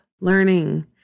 learning